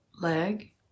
leg